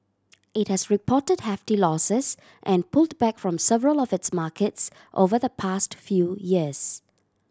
it has reported hefty losses and pulled back from several of its markets over the past few years